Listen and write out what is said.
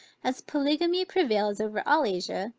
as polygamy prevails over all asia,